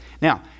Now